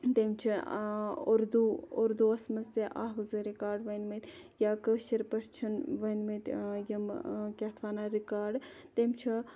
تٔمۍ چھُ اردوٗ اردوٗ وَس مَنٛز تہِ اَکھ زٕ رِکاڈ ؤنۍ مٕتۍ یا کٲشِرۍ پٲٹھۍ چھِ ؤنۍ مٕتۍ یِم کیاہ اتھ وَنان رِکاڈٕ تٔمۍ چھُ